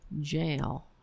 jail